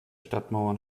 stadtmauern